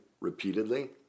repeatedly